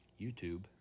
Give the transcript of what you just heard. YouTube